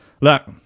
Look